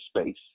space